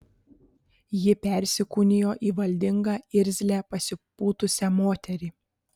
ji persikūnijo į valdingą irzlią pasipūtusią moterį